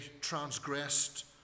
transgressed